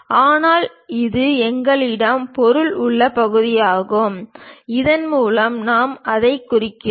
ஆனால் இது எங்களிடம் பொருள் உள்ள பகுதியாகும் இதன் மூலம் நாம் எதைக் குறிக்கிறோம்